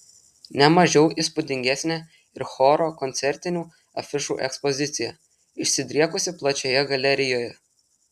ne mažiau įspūdingesnė ir choro koncertinių afišų ekspozicija išsidriekusi plačioje galerijoje